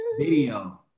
video